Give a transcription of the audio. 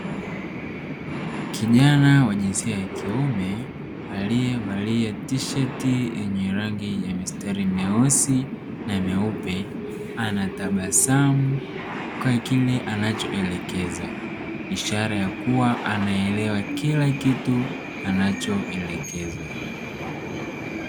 Kijana wa jinsia ya kiume alievalia tisheti yenye rangi yenye mistari myeusi na myeupe, anatabasamu kwa kile anacho elekezwa, ishara ya kuwa anaelewa kila kitu anacho elekezwa.